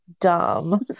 dumb